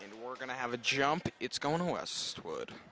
and we're going to have a jump it's going to westwood